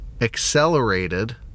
accelerated